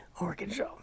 Arkansas